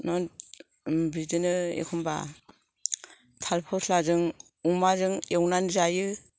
बिदिनो एखम्बा थालिर फस्लाजों अमाजों एवनानै जायो